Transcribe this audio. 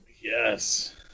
Yes